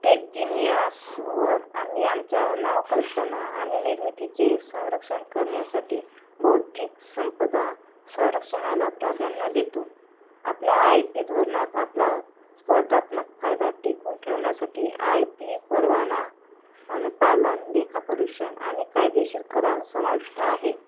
टेक्जिनिअसवर आम्ही आमच्या नवकल्पना आणि निर्मितीचे संरक्षण करण्यासाठी बौद्धिक संपदा संरक्षणाला प्राधान्य देतो आपल्या आय पी धोरणात आपला स्पर्धात्मक फायदा टिकून ठेवण्यासाठी आय पी परवाना अनुपालन लेखापरीक्षण आणि कायदेशीर करार समाविष्ट आहे